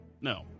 No